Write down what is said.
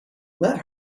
let